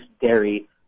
dairy